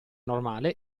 normale